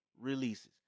releases